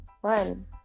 one